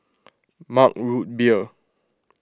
Mug Root Beer